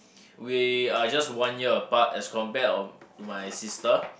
we are just one year apart as compared um to my sister